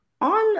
on